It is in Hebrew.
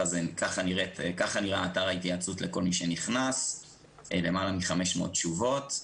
ככה נראה אתר ההתייעצות לכל מי שנכנס עם למעלה מ-500 תשובות.